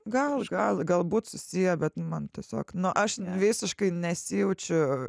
gal gal gal galbūt susiję bet man tiesiog nu aš visiškai nesijaučiu